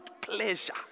pleasure